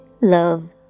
Love